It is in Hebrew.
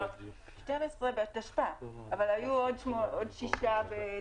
12 בתשפ"א אבל היו עוד שישה בתש"ף.